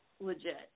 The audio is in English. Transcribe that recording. legit